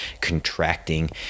contracting